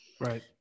Right